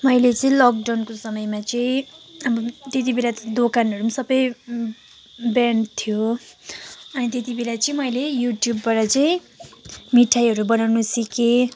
मैले चाहिँ लकडाउनको समयमा चाहिँ अब त्यतिबेला त दोकानहरू पनि सबै ब्यान्ड थियो अनि त्यतिबेला चाहिँ मैले युट्युबबाट चाहिँ मिठाईहरू बनाउनु सिकेँ